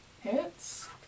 Hits